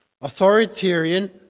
authoritarian